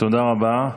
תודה רבה.